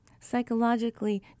Psychologically